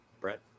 Brett